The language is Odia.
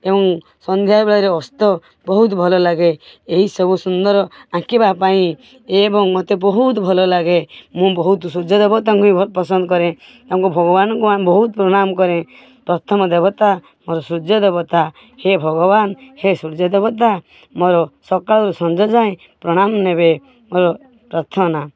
ଏବଂ ସନ୍ଧ୍ୟା ବେଳର ଅସ୍ତ ବହୁତ ଭଲ ଲାଗେ ଏହି ସବୁ ସୁନ୍ଦର ଆଙ୍କିବା ପାଇଁ ଏବଂ ମତେ ବହୁତ ଭଲ ଲାଗେ ମୁଁ ବହୁତ ସୂର୍ଯ୍ୟ ଦେବତାଙ୍କୁ ବି ଭ ପସନ୍ଦ କରେ ତାଙ୍କୁ ଭଗବାନଙ୍କୁ ଆମେ ବହୁତ ପ୍ରଣାମ କରେ ପ୍ରଥମ ଦେବତା ମୋର ସୂର୍ଯ୍ୟ ଦେବତା ହେ ଭଗବାନ ହେ ସୂର୍ଯ୍ୟ ଦେବତା ମୋର ସକାଳରୁ ସଞ୍ଜ ଯାଏ ପ୍ରଣାମ ନେବେ ମୋର ପ୍ରାର୍ଥନା